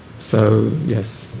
so, yes.